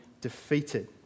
defeated